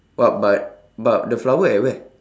but but but the flower at where